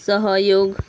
सहयोग